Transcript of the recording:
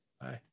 Bye